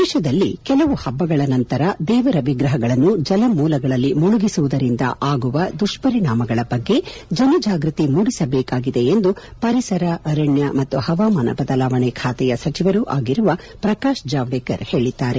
ದೇಶದಲ್ಲಿ ಕೆಲವು ಪಬ್ಬಗಳ ನಂತರ ದೇವರ ವಿಗ್ರಪಗಳನ್ನು ಜಲ ಮೂಲಗಳಲ್ಲಿ ಮುಳುಗಿಸುವುದರಿಂದ ಆಗುವ ದುಷ್ಷರಿಣಾಮಗಳ ಬಗ್ಗೆ ಜನಜಾಗೃತಿ ಮೂಡಿಸಬೇಕಾಗಿದೆ ಎಂದು ಪರಿಸರ ಅರಣ್ಯ ಮತ್ತು ಪವಾಮಾನ ಬದಲಾವಣೆ ಖಾತೆಯ ಸಚಿವರೂ ಆಗಿರುವ ಪ್ರಕಾಶ್ ಜಾವಡೇಕರ್ ಹೇಳಿದ್ದಾರೆ